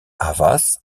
havas